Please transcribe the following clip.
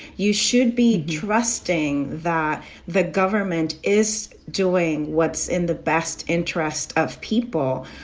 you should be trusting that the government is doing what's in the best interest of people.